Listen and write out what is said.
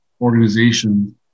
organizations